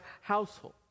household